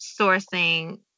sourcing